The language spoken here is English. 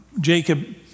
Jacob